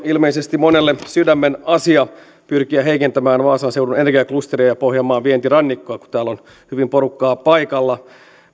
ilmeisesti monelle sydämen asia pyrkiä heikentämään vaasan seudun energiaklusteria ja pohjanmaan vientirannikkoa kun täällä on hyvin porukkaa paikalla